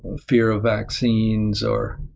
fear of vaccines, or